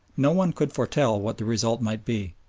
no one could foretell what the result might be.